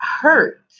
hurt